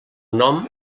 nom